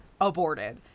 aborted